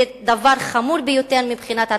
זה דבר חמור ביותר מבחינת התפיסה".